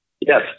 Yes